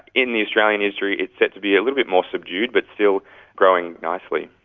in the australian industry it's set to be a little bit more subdued but still growing nicely.